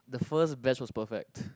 the first batch was perfect